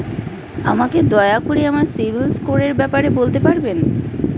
আমাকে দয়া করে আমার সিবিল স্কোরের ব্যাপারে বলতে পারবেন?